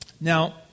Now